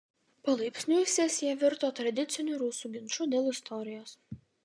palaipsniui sesija virto tradiciniu rusų ginču dėl istorijos